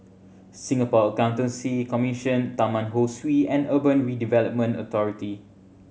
Singapore Accountancy Commission Taman Ho Swee and Urban Redevelopment Authority